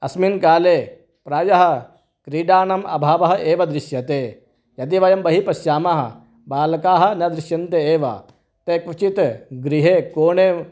अस्मिन् काले प्रायः क्रीडानाम् अभावः एव दृश्यते यदि वयं बहिः पश्यामः बालकाः न दृशन्ते एव ते क्वचित् गृहे कोणे